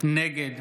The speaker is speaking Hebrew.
נגד